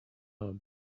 home